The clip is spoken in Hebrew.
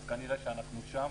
אז כנראה שאנחנו שם,